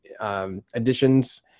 additions